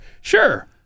sure